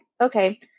okay